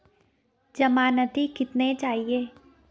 ज़मानती कितने चाहिये?